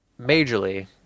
majorly